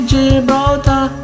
Gibraltar